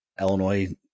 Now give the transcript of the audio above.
Illinois